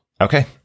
Okay